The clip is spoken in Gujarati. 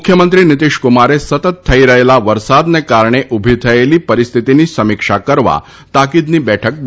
મુખ્યમંત્રી નિતીશકુમારે સતત થઇ રહેલા વરસાદને કારણે ઉભી થયેલી પરિસ્થિતિની સમીક્ષા કરવા તાકીદની બેઠક બોલાવી છે